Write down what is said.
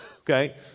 okay